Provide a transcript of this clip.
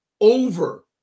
over